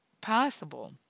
possible